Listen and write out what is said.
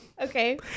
okay